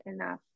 enough